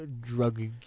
drug